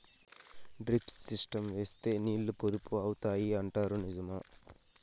Drip system వేస్తే నీళ్లు పొదుపు అవుతాయి అంటారు నిజమా?